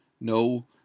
No